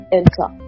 enter